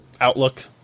outlook